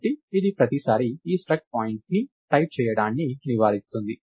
కాబట్టి ఇది ప్రతిసారీ ఈ స్ట్రక్ట్ పాయింట్ని టైప్ చేయడాన్ని నివారిస్తుంది